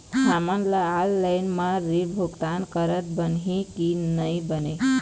हमन ला ऑनलाइन म ऋण भुगतान करत बनही की नई बने?